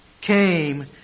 came